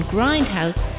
Grindhouse